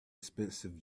expensive